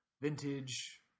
vintage